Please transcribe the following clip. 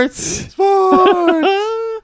sports